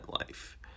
life